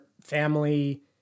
family